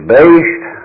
based